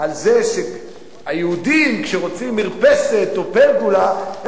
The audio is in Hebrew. העלה כאן בצורה חדה וברורה את